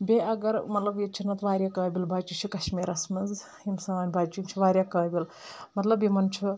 بیٚیہِ اگر مطلب ییٚتہِ چھِ نتہٕ واریاہ قٲبِل بَچہِ چھِ کشمیٖرَس منٛز یِم سٲنۍ بَچہِ یِم چھِ واریاہ قٲبِل مطلب یِمن چھُ